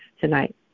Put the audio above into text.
tonight